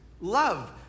love